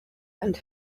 and